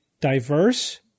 diverse